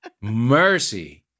Mercy